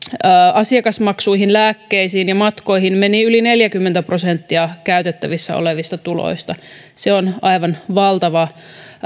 asiakasmaksuihin lääkkeisiin ja matkoihin meni yli neljäkymmentä prosenttia käytettävissä olevista tuloista se on aivan valtava